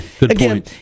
again